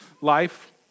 life